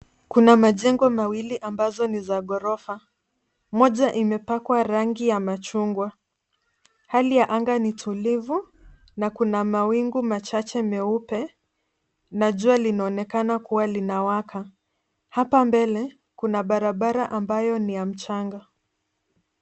Kuna majengo mawili ambazo ni za ghorofa. Moja imepakwa rangi ya machungwa. Hali ya anga ni tulivu na kuna mawingu machache meupe na jua linaonekana kuwa linawaka. Hapa mbele kuna barabara ambayo ni ya mchanga.